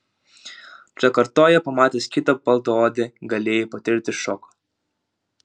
džakartoje pamatęs kitą baltaodį galėjai patirti šoką